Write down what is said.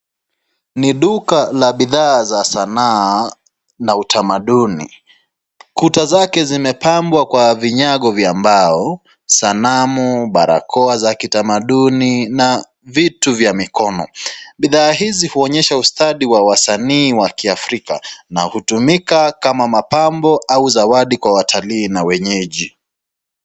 Ni duka la bidhaa za sanaa na utamaduni. Ukuta zake zimepambwa kwa vinyago vya mbao, sanamu, barakoa za kitamaduni na vitu vya mikono. Bidhaa hizi huonyesha ustadi wa wasanii wa Kiafrika na hutumika kama mapambo au zawadi kwa watalii na wenyeji.